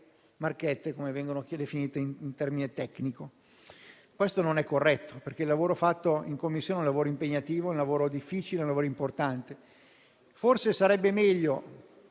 come vengono anche definite in termini tecnici. Questo non è corretto, perché il lavoro fatto in Commissione è impegnativo, difficile ed importante. Forse sarebbe meglio